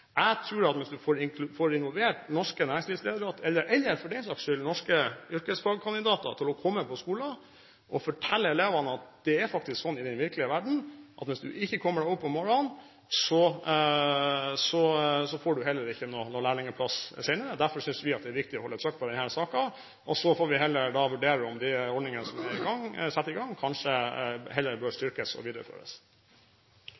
Jeg tror at hvis man får norske næringslivsledere – eller for den saks skyld norske yrkesfagkandidater – til å komme på skolen, kan man fortelle elevene at det er faktisk slik i den virkelige verden at hvis du ikke kommer deg opp om morgenen, så får du heller ikke noen lærlingplass senere. Derfor synes vi at det er viktig å holde trykk på denne saken. Så får vi heller vurdere om den ordningen som er satt i gang, kanskje bør